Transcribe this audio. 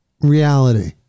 reality